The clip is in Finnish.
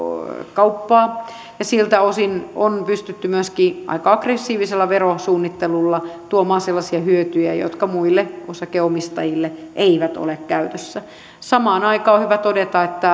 kauppaa ja siltä osin on pystytty myöskin aika aggressiivisella verosuunnittelulla tuomaan sellaisia hyötyjä jotka muille osakkeenomistajille eivät ole käytössä samaan aikaan on hyvä todeta että